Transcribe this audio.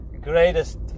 greatest